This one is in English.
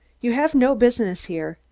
you have no business here.